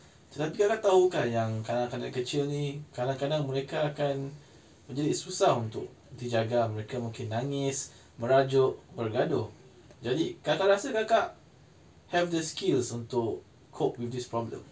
kira kakak tahu kan yang kanak-kanak kecil ni kadang-kadang mereka akan menjadi susah untuk dijaga mereka mungkin nangis merajuk bergaduh jadi kakak rasa kakak have the skills untuk cope with this problem